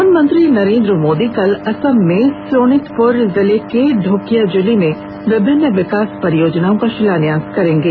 प्रधानमंत्री नरेंद्र मोदी कल असम में सोनितपुर जिले के ढेकियाजुली में विभिन्न विकास परियोजनाओं का शिलान्यास करेंगे